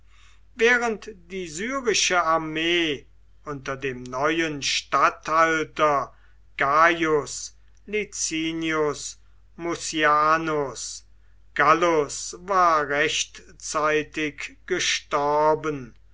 während die syrische armee unter dem neuen statthalter gaius licinius mucianus gallus war rechtzeitig gestorben